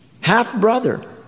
Half-brother